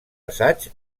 assaig